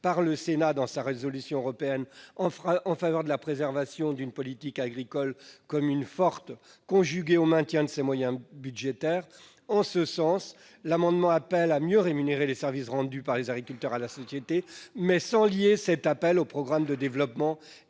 6 juin 2018 dans sa résolution européenne en faveur de la préservation d'une politique agricole commune forte, conjuguée au maintien de ses moyens budgétaires. Cet amendement a pour objet d'appeler à mieux rémunérer les services rendus par les agriculteurs à la société, mais sans lier cet appel au programme de développement